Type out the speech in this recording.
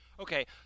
Okay